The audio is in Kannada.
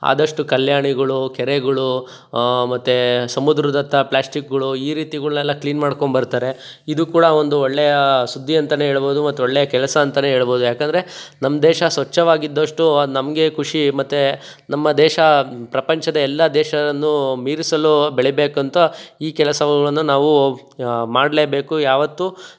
ಆದಷ್ಟು ಕಲ್ಯಾಣಿಗಳು ಕೆರೆಗಳು ಮತ್ತು ಸಮುದ್ರದತ್ತ ಪ್ಲ್ಯಾಸ್ಟಿಕ್ಗಳು ಈ ರೀತಿಗಳ್ನೆಲ್ಲ ಕ್ಲೀನ್ ಮಾಡ್ಕೊಬರ್ತಾರೆ ಇದು ಕೂಡ ಒಂದು ಒಳ್ಳೆಯಾ ಸುದ್ದಿ ಅಂತ ಹೇಳ್ಬೋದು ಮತ್ತು ಒಳ್ಳೆಯ ಕೆಲಸ ಅಂತ ಹೇಳ್ಬೋದು ಯಾಕಂದರೆ ನಮ್ಮ ದೇಶ ಸ್ವಚ್ಛವಾಗಿದ್ದಷ್ಟು ನಮಗೆ ಖುಷಿ ಮತ್ತು ನಮ್ಮ ದೇಶ ಪ್ರಪಂಚದ ಎಲ್ಲ ದೇಶ ಮೀರಿಸಲು ಬೆಳೀಬೇಕಂತ ಈ ಕೆಲಸವನ್ನು ನಾವು ಮಾಡಲೇಬೇಕು ಯಾವತ್ತು